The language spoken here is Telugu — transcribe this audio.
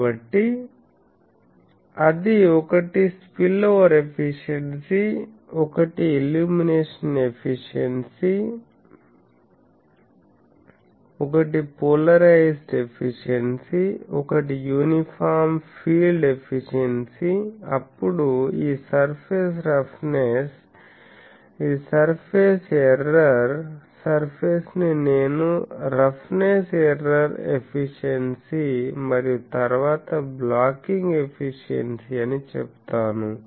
కాబట్టి అది ఒకటి స్పిల్ఓవర్ ఎఫిషియెన్సీ ఒకటి ఇల్యూమినేషన్ ఎఫిషియెన్సీ ఒకటి పోలరైజ్డ్ ఎఫిషియెన్సీ ఒకటి యూనిఫామ్ ఫీల్డ్ ఎఫిషియెన్సీ అప్పుడు ఈ సర్ఫేస్ రఫ్నెస్ ఇది సర్ఫేస్ ఎర్రర్ సర్ఫేస్ ని నేను రఫ్నెస్ ఎర్రర్ ఎఫిషియెన్సీ మరియు తరువాత బ్లాకింగ్ ఎఫిషియెన్సీ అని చెబుతాను